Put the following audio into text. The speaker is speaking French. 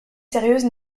sérieuse